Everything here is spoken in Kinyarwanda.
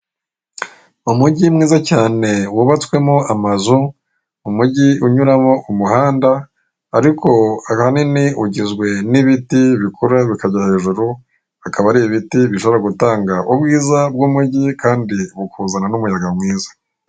Umujyi mwiza cyane wubatswemo amazu, umujyi unyuramo umuhanda ariko ahanini ugizwe n'ibiti bikura bikagera hejuru akaba ari ibiti bishobora gutanga ubwiza bw'umujyi kandi bikazana n'umuyaga mwiza.